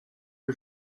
que